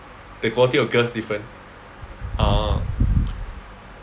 the quality of girls different orh